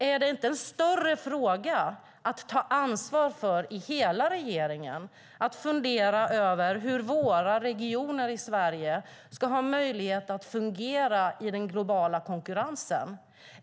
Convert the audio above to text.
Är det inte en större fråga för hela regeringen att ta ansvar för och fundera över hur våra regioner i Sverige ska ha möjlighet att fungera i den globala konkurrensen?